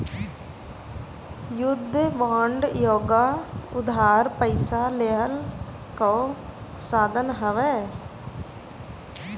युद्ध बांड एगो उधार पइसा लेहला कअ साधन हवे